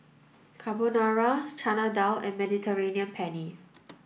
Carbonara Chana Dal and Mediterranean Penne